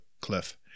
cliff